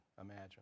imagine